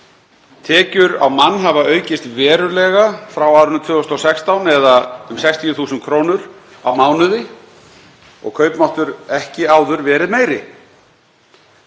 Tekjur á mann hafa aukist verulega frá árinu 2016 eða um 60.000 kr. á mánuði og kaupmáttur ekki áður verið meiri.